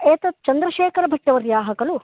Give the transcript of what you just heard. एतत् चन्द्रशेखरभट्टवर्याः खलु